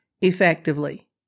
effectively